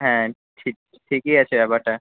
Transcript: হ্যাঁ ঠিক ঠিকই আছে ব্যাপারটা